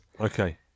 okay